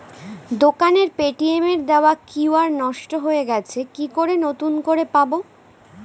দোকানের পেটিএম এর দেওয়া কিউ.আর নষ্ট হয়ে গেছে কি করে নতুন করে পাবো?